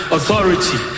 Authority